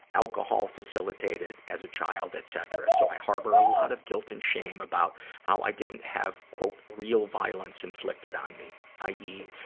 alcohol-facilitated as a child, etcetera, so i harbor a lot of guilt and shame about how i didn't have real violence inflicted on me, i. e,